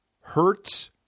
hurts